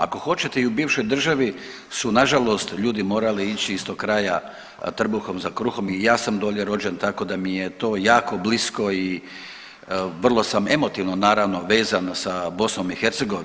Ako hoćete i u bivšoj državi su nažalost su ljudi morali ići iz tog kraja trbuhom za kruhom i ja sam dolje rođen, tako da mi je to jako blisko i vrlo sam emotivno naravno vezan sa BiH.